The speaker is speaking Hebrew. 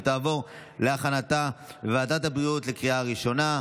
ותעבור לוועדת הבריאות להכנתה לקריאה הראשונה.